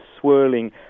swirling